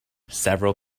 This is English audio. several